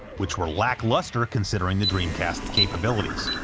which were lackluster considering the dreamcast's capabilities.